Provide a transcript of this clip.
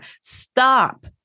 Stop